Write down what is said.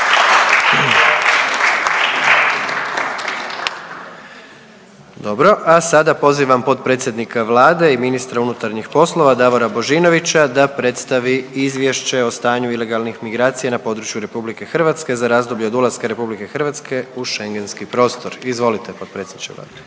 Dobro. A sada pozivam potpredsjednika Vlade i ministra unutarnjih poslova Davora Božinovića da predstavi Izvješće o stanju ilegalnih migracija na području Republike Hrvatske za razdoblje od ulaska Republike Hrvatske u Schengenski prostor, izvolite potpredsjedniče Vlade.